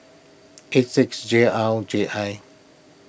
eight six J R J I